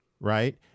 Right